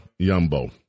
Yumbo